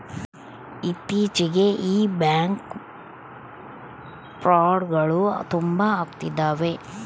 ಇತ್ತೀಚಿಗೆ ಈ ಬ್ಯಾಂಕ್ ಫ್ರೌಡ್ಗಳು ತುಂಬಾ ಅಗ್ತಿದವೆ